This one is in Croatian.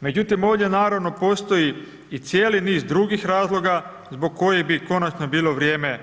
Međutim, ovdje naravno postoji i cijeli niz drugih razloga, zbog kojih bi konačno bilo vrijeme,